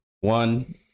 one